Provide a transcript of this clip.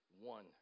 one